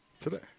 Today